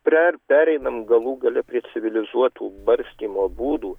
prie ar pereinam galų gale prie civilizuotų barstymo būdų